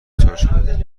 طور